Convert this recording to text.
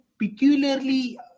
peculiarly